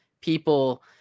people